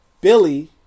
Billy